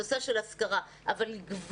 הנושא של השכרה, אבל לגבות?